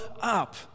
up